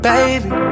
Baby